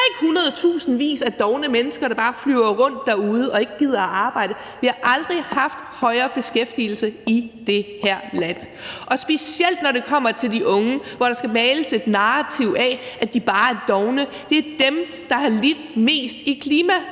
Der er ikke hundredtusindvis af dovne mennesker, der bare flyver rundt derude og ikke gider at arbejde. Vi har aldrig haft højere beskæftigelse i det her land, og specielt, når det kommer til de unge, hvor der males et narrativ af, at de bare er dovne, vil jeg sige, at det er dem, der har lidt mest i